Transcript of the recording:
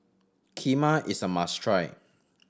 kheema is a must try